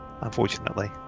unfortunately